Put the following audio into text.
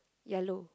yellow